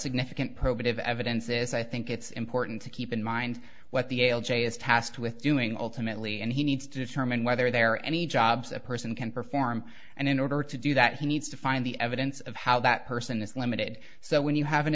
significant probative evidence is i think it's important to keep in mind what the ale j is tasked with doing alternately and he needs to determine whether there are any jobs a person can perform and in order to do that he needs to find the evidence of how that person is limited so when you have an